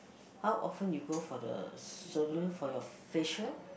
how often you go for the salon for your facial